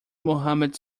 muhammad